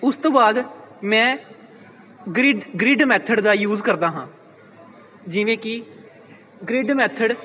ਉਸ ਤੋਂ ਬਾਅਦ ਮੈਂ ਗਰੀਡ ਗਰਿਡ ਮੈਥਡ ਦਾ ਯੂਜ ਕਰਦਾ ਹਾਂ ਜਿਵੇਂ ਕਿ ਗਰਿਡ ਮੈਥਡ